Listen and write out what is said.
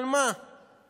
על מה נאבקתם